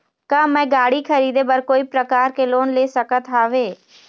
का मैं गाड़ी खरीदे बर कोई प्रकार के लोन ले सकत हावे?